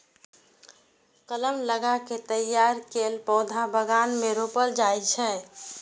कलम लगा कें तैयार कैल पौधा बगान मे रोपल जाइ छै